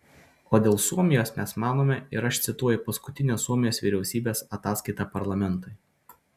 o dėl suomijos mes manome ir aš cituoju paskutinę suomijos vyriausybės ataskaitą parlamentui